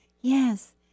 Yes